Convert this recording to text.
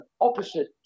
opposite